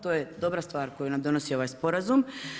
To je dobra stvar koju nam donosi ovaj sporazum.